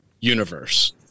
universe